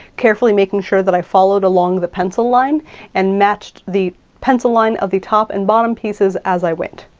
carefully making sure that i followed along the pencil line and matched the pencil line of the top and bottom pieces as i went.